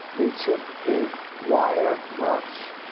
they took a wire brush,